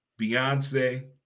Beyonce